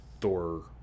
Thor